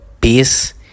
Peace